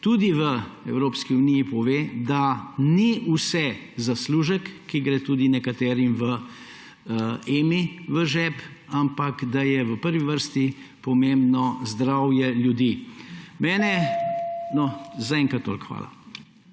tudi v Evropski uniji pove, da ni vse zaslužek, ki gre tudi nekaterim v EMI v žep, ampak da je v prvi vrsti pomembno zdravje ljudi. Zaenkrat toliko. Hvala.